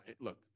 Look